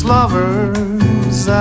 Lovers